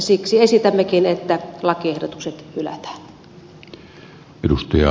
siksi esitämmekin että lakiehdotukset hylätään